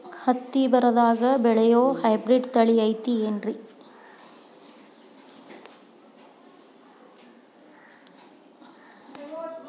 ಹತ್ತಿ ಬರದಾಗ ಬೆಳೆಯೋ ಹೈಬ್ರಿಡ್ ತಳಿ ಐತಿ ಏನ್ರಿ?